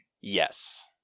Yes